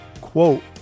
Quote